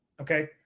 okay